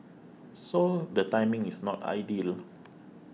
so the timing is not ideal